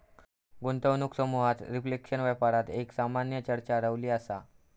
गुंतवणूक समुहात रिफ्लेशन व्यापार एक सामान्य चर्चा रवली असा